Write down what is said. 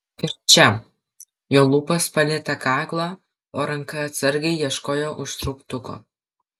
ir čia jo lūpos palietė kaklą o ranka atsargiai ieškojo užtrauktuko